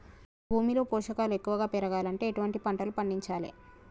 భూమిలో పోషకాలు ఎక్కువగా పెరగాలంటే ఎటువంటి పంటలు పండించాలే?